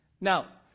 Now